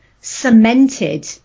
cemented